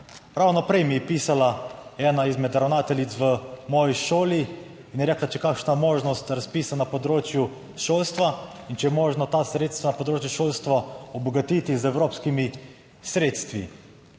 Ravno prej mi je pisala ena izmed ravnateljic v moji šoli in je rekla, če je kakšna možnost razpisa na področju šolstva in če je možno ta sredstva na področju šolstva obogatiti z evropskimi sredstvi.